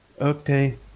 Okay